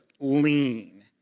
lean